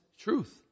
truth